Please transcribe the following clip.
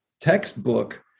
textbook